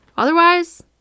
otherwise